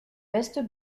vestes